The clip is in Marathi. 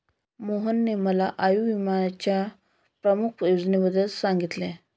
मोहनने मला आयुर्विम्याच्या प्रमुख योजनेबद्दल सांगितले